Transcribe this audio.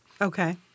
Okay